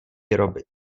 vyrobit